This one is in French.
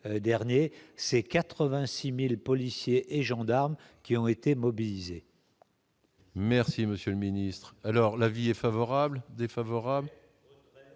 ces 80 6000 policiers et gendarmes qui ont été mobilisés. Merci, Monsieur le Ministre, alors la vie est favorable, défavorable.